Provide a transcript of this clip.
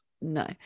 no